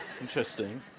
Interesting